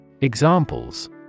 Examples